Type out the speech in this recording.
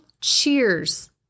cheers